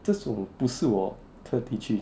这种不是我特地去